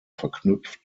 verknüpft